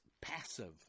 passive